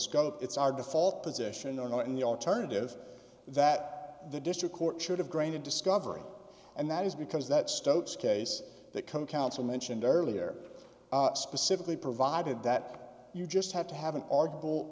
scope it's our default position or not in the alternative that the district court should have granted discovery and that is because that stokes case that co counsel mentioned earlier specifically provided that you just have to have an